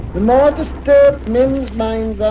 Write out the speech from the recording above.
more disturbed men's minds are,